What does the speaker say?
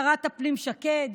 שרת הפנים שקד,